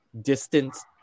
distance